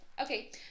Okay